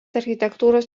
architektūros